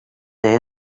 their